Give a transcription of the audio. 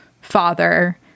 father